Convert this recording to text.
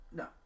no